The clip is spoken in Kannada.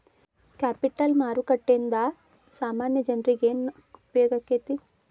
ಕ್ಯಾಪಿಟಲ್ ಮಾರುಕಟ್ಟೇಂದಾ ಸಾಮಾನ್ಯ ಜನ್ರೇಗೆ ಏನ್ ಉಪ್ಯೊಗಾಕ್ಕೇತಿ?